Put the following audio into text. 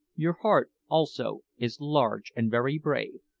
your heart, also, is large and very brave.